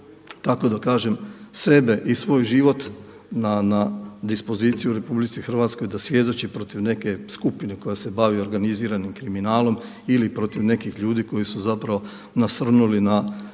tako da kažem sebe i svoj život na dispoziciju u RH da svjedoči protiv neke skupine koja se bavi organiziranim kriminalom ili protiv nekih ljudi koji su zapravo nasrnuli na